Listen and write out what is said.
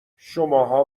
شماها